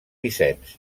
vicenç